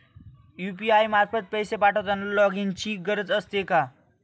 UPI मार्फत पैसे पाठवताना लॉगइनची गरज असते का?